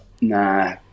Nah